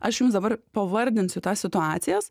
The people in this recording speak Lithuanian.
aš jums dabar pavardinsiu tas situacijas